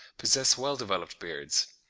possess well-developed beards.